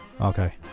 Okay